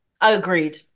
Agreed